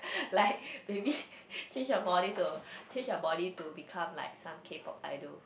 like maybe change your body to change your body to become like some K-pop idol